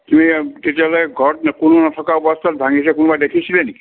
কি তেতিয়াহ'লে ঘৰত কোনো নথকা অৱস্থাত ভাঙিছে কোনোবাই দেখিছিলে নেকি